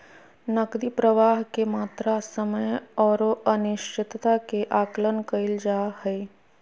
नकदी प्रवाह के मात्रा, समय औरो अनिश्चितता के आकलन कइल जा हइ